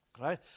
right